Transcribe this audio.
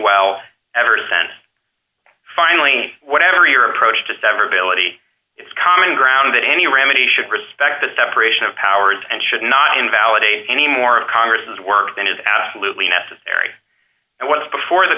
well ever sent finally whatever your approach to severability it's common ground that any remedy should respect the separation of powers and should not invalidate any more of congress's work than is absolutely necessary and what is before the